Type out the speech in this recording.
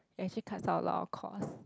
it actually cuts out a lot of cost